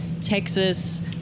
Texas